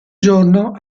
giorno